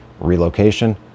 relocation